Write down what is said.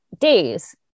days